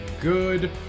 good